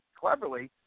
Cleverly